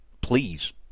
please